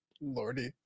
Lordy